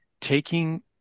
taking